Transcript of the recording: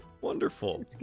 Wonderful